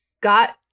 got